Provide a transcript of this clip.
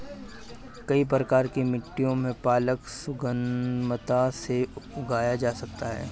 कई प्रकार की मिट्टियों में पालक सुगमता से उगाया जा सकता है